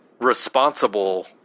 responsible